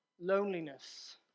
loneliness